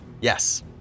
Yes